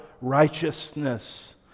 righteousness